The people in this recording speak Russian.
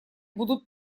будут